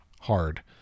hard